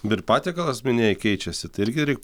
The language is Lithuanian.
ir patiekalas minėjai keičiasi tai irgi reik